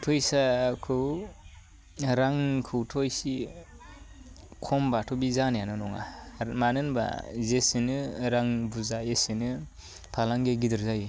फैसाखौ रांखौथ' एसे खमबाथ' बे जानायानो नङा मानो होनबा जेसेनो रां बुरजा एसेनो फालांगि गिदिर जायो